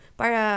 para